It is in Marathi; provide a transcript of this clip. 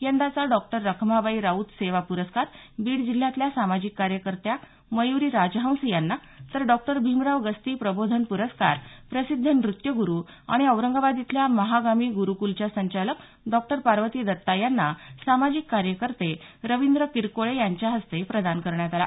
यंदाचा डॉक्टर रखमाबाई राऊत सेवा प्रस्कार बीड जिल्ह्यातल्या सामाजिक कार्यकर्त्या मयुरी राजहंस यांना तर डॉक्टर भीमराव गस्ती प्रबोधन प्रस्कार प्रसिद्ध नृत्यगुरु आणि औरंगाबाद इथल्या महागामी गुरुकुलाच्या संचालक डॉ पार्वती दत्ता यांना सामाजिक कार्यकर्ते रवींद्र किरकोळे यांच्या हस्ते प्रदान करण्यात आला